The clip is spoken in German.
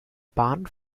bahn